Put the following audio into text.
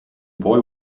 boy